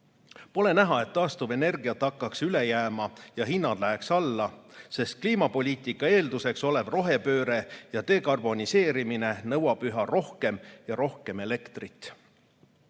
Pole näha, et taastuvenergiat hakkaks üle jääma ja hinnad läheks alla, sest kliimapoliitika eelduseks olev rohepööre ja dekarboniseerimine nõuab üha rohkem ja rohkem elektrit.